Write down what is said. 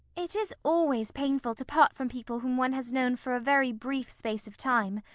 it is always painful to part from people whom one has known for a very brief space of time.